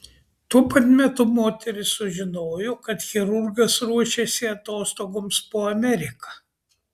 tuo pat metu moteris sužinojo kad chirurgas ruošiasi atostogoms po ameriką